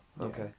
Okay